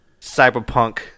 Cyberpunk